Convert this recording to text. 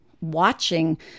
watching